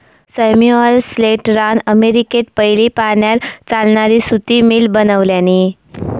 Samuel स्लेटरान अमेरिकेत पयली पाण्यार चालणारी सुती मिल बनवल्यानी